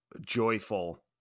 joyful